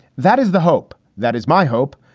that is the hope. that is my hope.